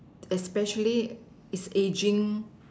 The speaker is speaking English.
especially it's aging